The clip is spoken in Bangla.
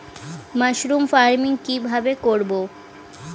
মাসরুম ফার্মিং কি ভাবে করব?